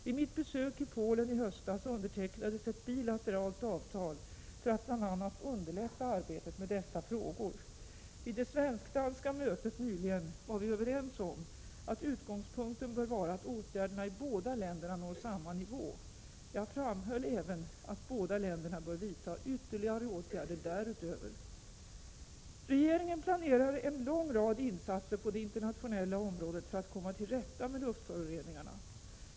Vid mitt besök i Polen i höstas undertecknades ett bilateralt avtal för att bl.a. underlätta arbetet med dessa frågor. Vid det svensk-danska mötet nyligen var vi överens om att utgångspunkten bör vara att åtgärderna i båda länderna når samma nivå. Jag framhöll även att båda länderna bör vidta ytterligare åtgärder därutöver. Regeringen planerar en lång rad insatser på det internationella området för att komma till rätta med luftföroreningarna.